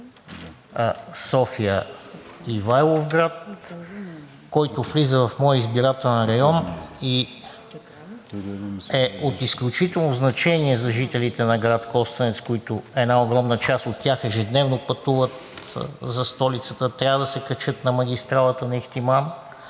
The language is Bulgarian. София – Ивайловград, който влиза в моя избирателен район и е от изключително значение за жителите на град Костенец, от които една голяма част пътуват за столицата – трябва да се качат на магистралата на Ихтиман,